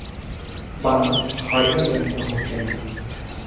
बांस हरियर रंग के होखेला